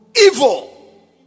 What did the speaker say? evil